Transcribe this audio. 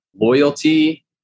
loyalty